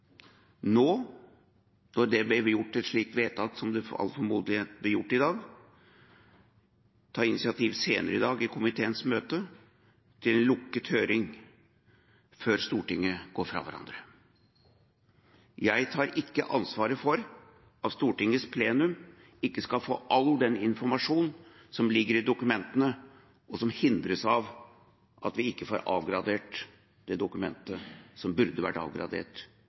nå når det blir gjort et slikt vedtak som det formodentlig blir gjort i dag, ta initiativ senere i dag i komiteens møte til en lukket høring før Stortinget går fra hverandre. Jeg tar ikke ansvaret for at Stortingets plenum ikke skal få all den informasjon som ligger i dokumentene, og som hindres av at vi ikke får avgradert det dokumentet som burde vært avgradert